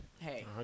Hey